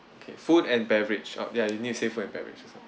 okay food and beverage oh ya you need to say food and beverage also